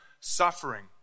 suffering